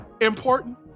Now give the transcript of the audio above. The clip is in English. important